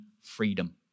freedom